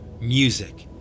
music